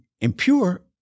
impure